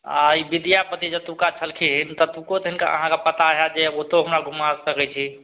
आओर ई विद्यापति जतुक्का छलखिन ततुक्को तऽ हिनका अहाँके पता हैत जे ओतहु हमरा घुमा सकय छी